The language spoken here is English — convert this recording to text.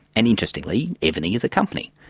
and interestingly, evony is a company.